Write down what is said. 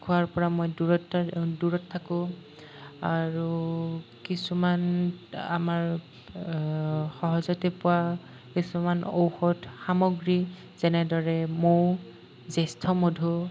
খোৱাৰ পৰা মই দূৰৈত্ব দূৰত থাকোঁ আৰু কিছুমান আমাৰ সহজতে পোৱা কিছুমান ঔষধ সামগ্ৰী যেনেদৰে মৌ জেষ্ঠমধু